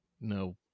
no